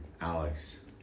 Alex